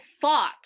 fought